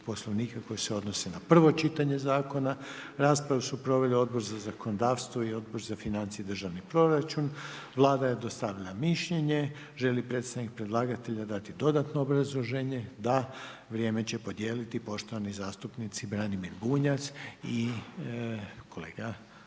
poslovnika, koje se odnose na prvo čitanje zakona. Raspravu su proveli Odbor za zakonodavstvo i Odbor za financije i državni proračun. Vlada je dostavila mišljenje. Želi li predstavnik predlagatelja dati dodatno obrazloženje? Da, vrijeme će podijeliti poštovani zastupnici Branimir Bunjac i kolega